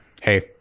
Hey